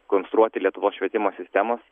konstruoti lietuvos švietimo sistemos